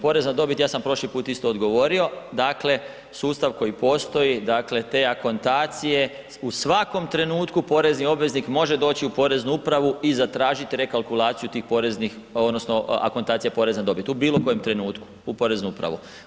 Porez na dobit ja sam prošli put isto odgovorio, dakle sustav koji postoji, dakle te akontacije u svakom trenutku porezni obveznik može doći u poreznu upravu i zatražiti rekalkulaciju tih poreznih odnosno akontacija poreza na dobit, u bilo kojem trenutku u poreznu upravu.